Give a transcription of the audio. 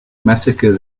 massacre